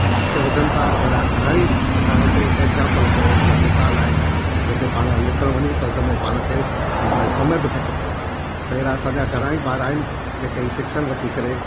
ऐं अॻिते वधनि था अहिड़ा घणा ई असां वटि एग्जाम्पल चओ या मिसाल आहिनि जेके पाण लिखण वञू त हिनमें पाण खे भई समय बि घटि पवंदो त अहिड़ा असांजा घणेई ॿार आहिनि जेके हे शिक्षण वठी करे